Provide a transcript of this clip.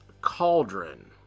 cauldron